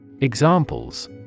Examples